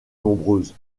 nombreuses